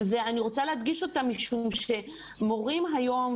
אני רוצה להדגיש אותם משום שמורים היום,